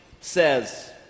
says